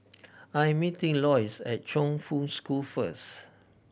I am meeting Loyce at Chongfu School first